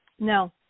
No